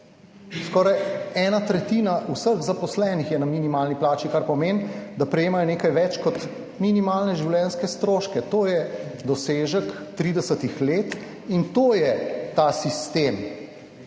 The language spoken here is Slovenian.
Skoraj ena tretjina vseh zaposlenih je na minimalni plači, kar pomeni, da prejemajo nekaj več kot minimalne življenjske stroške. To je dosežek 30. let in to je ta sistem.